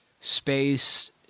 space